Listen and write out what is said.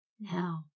now